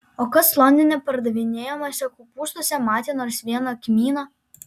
o kas londone pardavinėjamuose kopūstuose matė nors vieną kmyną